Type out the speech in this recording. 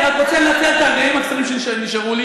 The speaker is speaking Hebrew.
אני רוצה לנצל את הרגעים הקצרים שנשארו לי